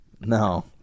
No